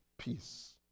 peace